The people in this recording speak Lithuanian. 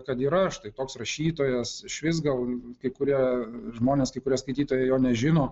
kad yra štai toks rašytojas išvis gal kai kurie žmonės kai kurie skaitytojai jo nežino